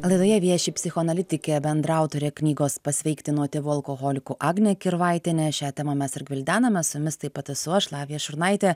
laidoje vieši psichoanalitikė bendraautorė knygos pasveikti nuo tėvų alkoholikų agnė kirvaitienė šią temą mes ir gvildename su jumis taip pat esu aš lavija šurnaitė